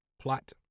plot